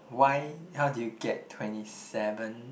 why how did you get twenty seven